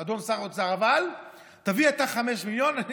אדון שר אוצר, אבל תביא אתה 5 מיליון.